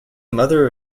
mother